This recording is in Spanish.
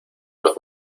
los